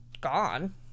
gone